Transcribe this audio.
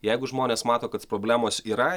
jeigu žmonės mato kad problemos yra